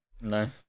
No